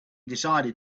decided